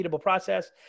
process